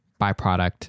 byproduct